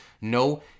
No